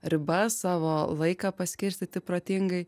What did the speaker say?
ribas savo laiką paskirstyti protingai